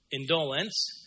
indolence